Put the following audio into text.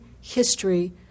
History